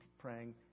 praying